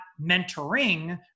mentoring